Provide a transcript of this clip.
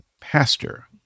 pastor